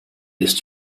ist